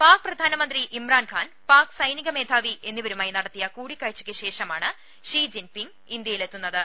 പാക് പ്രധാനമന്ത്രി ഇമ്രാൻഖാൻ പാക് സൈനികമേധാവി എന്നിവരുമായി നടത്തിയ കൂടിക്കാഴ്ചക്കു ശേഷമാണ് ഷി ജിൻ പിങ് ഇന്ത്യയിൽ എത്തു ന്നത്